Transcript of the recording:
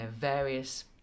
various